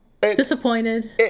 disappointed